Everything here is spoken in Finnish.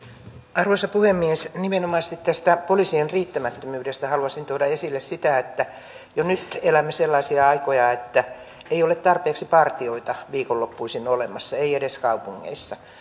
arvoisa puhemies nimenomaisesti tästä poliisien riittämättömyydestä haluaisin tuoda esille sitä että jo nyt elämme sellaisia aikoja että ei ole tarpeeksi partioita viikonloppuisin olemassa ei edes kaupungeissa